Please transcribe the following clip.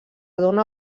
dóna